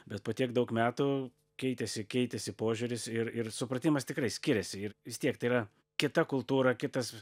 bet po tiek daug metų keitėsi keitėsi požiūris ir ir supratimas tikrai skiriasi ir vis tiek tai yra kita kultūra kitas